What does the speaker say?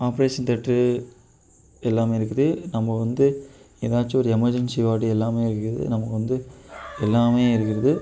operation theatre எல்லாமே இருக்குது நம்ம வந்து ஏதாச்சும் ஒரு எமர்ஜென்சி வார்டு எல்லாமே இருக்குது நமக்கு வந்து எல்லாமே இருக்கிறது